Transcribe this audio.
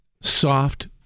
soft